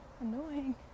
Annoying